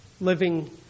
living